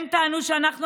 הם טענו שאנחנו,